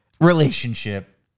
relationship